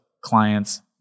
clients